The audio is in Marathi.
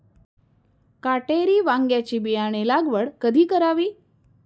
काटेरी वांग्याची बियाणे लागवड कधी करावी?